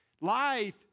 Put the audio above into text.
Life